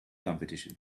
competition